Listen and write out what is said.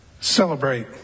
celebrate